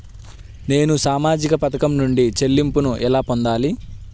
నేను సామాజిక పథకం నుండి చెల్లింపును ఎలా పొందాలి?